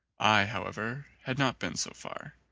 i, however, had not been so far.